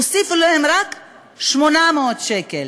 הוסיפו להם רק 800 שקל,